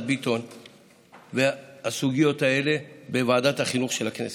ביטון והסוגיות האלה בוועדת החינוך של הכנסת,